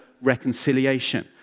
reconciliation